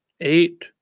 eight